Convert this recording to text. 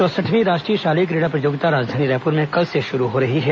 चौंसठवीं राष्ट्रीय शालेय क्रीड़ा प्रतियोगिता राजधानी रायपुर में कल से शुरू हो रही है